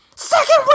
Second